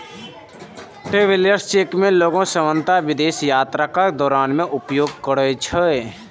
travellers cheque कें लोग सामान्यतः विदेश यात्राक दौरान उपयोग करै छै